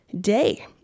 day